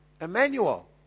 Emmanuel